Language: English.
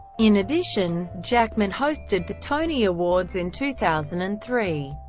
in addition, jackman hosted the tony awards in two thousand and three,